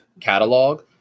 Catalog